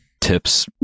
Tips